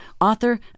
author